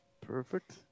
Perfect